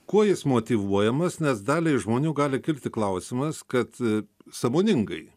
kuo jis motyvuojamas nes daliai žmonių gali kilti klausimas kad sąmoningai